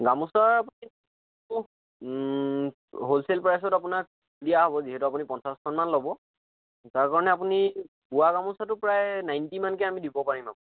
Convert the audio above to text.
গামোচা wholesale প্ৰাইজত আপোনাক দিয়া হ'ব যিহেতু আপুনি পঞ্চাছখনমান ল'ব তাৰ কাৰণে আপুনি বোৱা গামোচাটো প্ৰায় নাইনটিমানকে আমি দিব পাৰিম আৰু